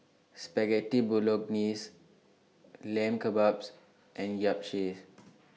Spaghetti Bolognese Lamb Kebabs and Yapchaes